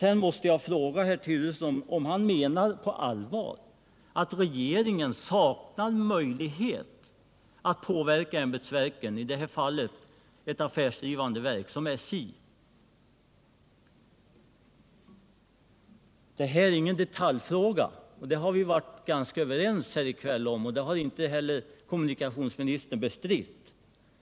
Jag måste också fråga herr Turesson om han på allvar menar att regeringen saknar möjlighet att påverka ämbetsverken, i det här fallet ett affärsdrivande verk som SJ. Detta är ingen detaljfråga — om det har vi varit ganska överens här i kväll, och det har heller inte kommunikationsministern bestridit.